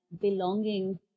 belonging